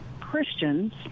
Christians